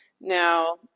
now